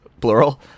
plural